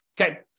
Okay